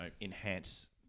enhance